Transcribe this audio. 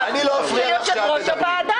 מצלמות.